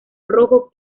rojo